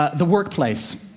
ah the workplace.